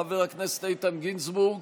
חבר הכנסת איתן גינזבורג,